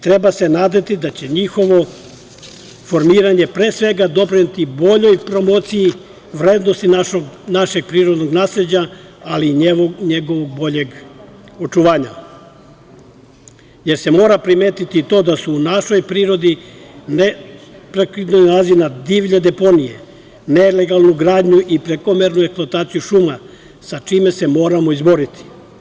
Treba se nadati da će njihovo formiranje, pre svega, doprineti boljoj promociji vrednosti našeg prirodnog nasleđa, ali i njegovog boljeg očuvanja, jer se mora primetiti to da se u našoj prirodi neprekidno nailazi na divlje deponije, nelegalnu gradnju i prekomernu eksploataciju šuma, sa čime se moramo izboriti.